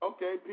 Okay